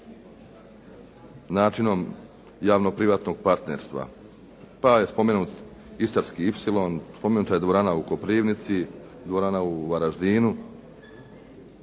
načinom javno-privatnog partnerstva pa je spomenut «istarski ipsilon», spomenuta je dvorana u Koprivnici, dvorana u Varaždinu,